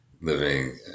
living